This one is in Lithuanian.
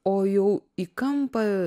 o jau į kampą